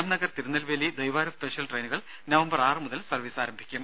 ജാംനഗർ തിരുനൽവേലി ദ്വൈവാര സ്പെഷ്യൽ ട്രയിനുകൾ നവംബർ ആറു മുതൽ സർവീസ് നടത്തും